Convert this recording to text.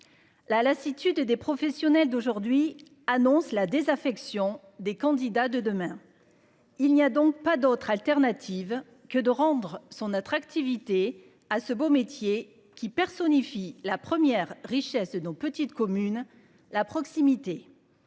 La lassitude et des professionnels d'aujourd'hui annonce la désaffection des candidats de demain. Il n'y a donc pas d'autre alternative que de rendre son attractivité à ce beau métier qui personnifie la première richesse de nos petites communes la proximité.